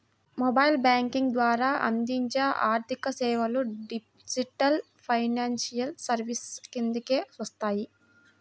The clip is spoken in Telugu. మొబైల్ బ్యేంకింగ్ ద్వారా అందించే ఆర్థికసేవలు డిజిటల్ ఫైనాన్షియల్ సర్వీసెస్ కిందకే వస్తాయి